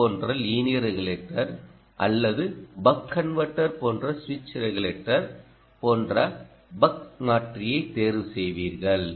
ஓ போன்ற linear regulator அல்லது buck converter போன்ற சுவிட்ச் ரெகுலேட்டர் போன்ற பக் மாற்றியை தேர்வு செய்வீர்கள்